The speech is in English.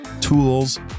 tools